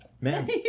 Man